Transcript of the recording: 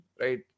right